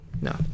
No